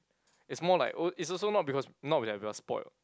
it's more like oh it's also not because not that we are spoilt [what]